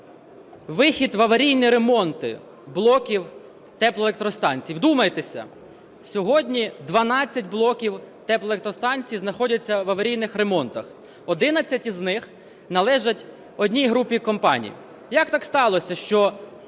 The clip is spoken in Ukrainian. вихід в аварійні ремонти блоків теплоелектростанцій. Вдумайтеся, сьогодні 12 блоків теплоелектростанцій знаходяться в аварійних ремонтах, 11 із них належать одній групі компаній. Як так сталося, що